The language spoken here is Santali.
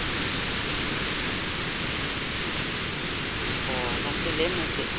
ᱚ ᱜᱚᱢᱠᱮ ᱞᱟᱹᱭ ᱢᱮ ᱪᱮᱫ